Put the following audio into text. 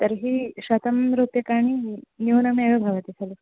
तर्हि शतं रूप्यकाणि न्यूनमेव भवति खलु